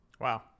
Wow